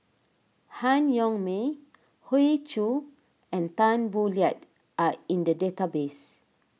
Han Yong May Hoey Choo and Tan Boo Liat are in the database